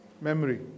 memory